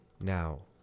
now